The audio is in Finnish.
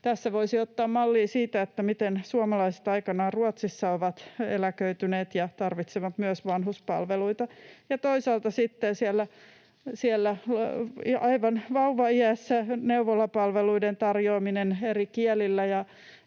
Tässä voisi ottaa mallia siitä, miten suomalaiset aikanaan Ruotsissa ovat eläköityneet ja tarvitsevat myös vanhuspalveluita. Ja toisaalta sitten on siellä aivan vauvaiässä neuvolapalveluiden tarjoaminen eri kielillä,